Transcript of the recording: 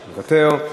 מוותר,